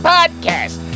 Podcast